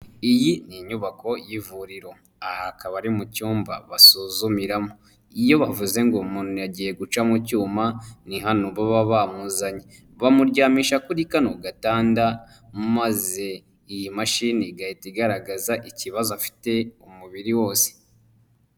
Iyi ni inyubako y'ivuriro aha hakaba ari mu cyumba basuzumiramo, iyo bavuze ngo umuntu yagiye guca mu cyuma ni hano baba bamuzanye, bamuryamisha kuri kano gatanda maze iyi mashini igahita igaragaza ikibazo afite umubiri wose.